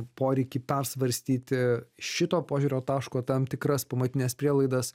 poreikį persvarstyti šito požiūrio taško tam tikras pamatines prielaidas